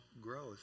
growth